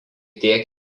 tiek